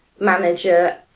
manager